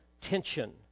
tension